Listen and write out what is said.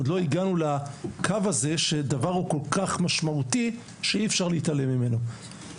עוד לא הגענו לקו הזה שהדבר הוא על כל משמעותי שאי אפשר להתעלם ממנו.